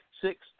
six